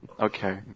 Okay